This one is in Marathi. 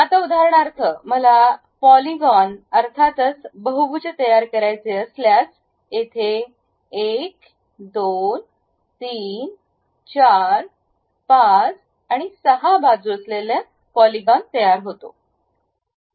आता उदाहरणार्थ मला पॉलीगोन अर्थातच बहुभुज तयार करायचे असल्यास येथे 1 2 3 4 5 6 बाजू असलेले पॉलीगोन तयार होते